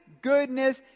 goodness